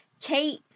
Kate